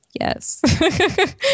Yes